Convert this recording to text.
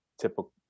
typical